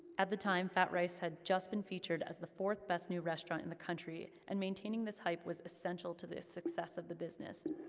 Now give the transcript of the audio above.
at the time, fat rice had just been featured as the fourth-best new restaurant in the country, and maintaining this hype was essential to the success of the business.